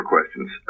questions